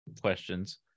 questions